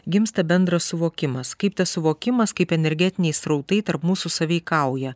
gimsta bendras suvokimas kaip tas suvokimas kaip energetiniai srautai tarp mūsų sąveikauja